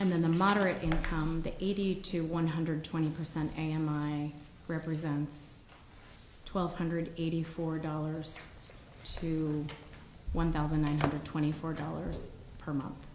and the moderate income eighty to one hundred twenty percent and my represents twelve hundred eighty four dollars to one thousand one hundred twenty four dollars per month